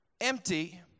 Empty